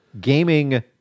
gaming